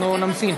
אנחנו נמתין.